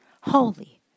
holy